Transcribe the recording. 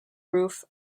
roof